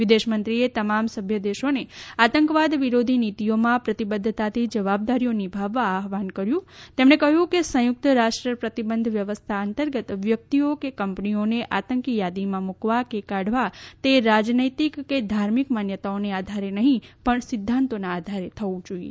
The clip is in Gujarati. વિદેશમંત્રીએ તમામ સભ્ય દેશોને આતંકવાદ વિરોધી નીતીઓમાં પ્રતિબદ્ધતાથી જવાબદારીઓ નિભાવવામાં આહ્રાન કર્યું તેમણે કહ્યું કે સંયુક્ત રાષ્ટ્ર પ્રતિબંધ વ્યવસ્થા અંતર્ગત વ્યક્તિઓ કે કંપનીઓને આતંકી યાદીમાં મુકવા કે કાઢવા તે રાજનૈતિક કે ધાર્મિક માન્યતાઓના આધારે નહીં પણ સિદ્ધાંતોના આધારે થવું જોઈએ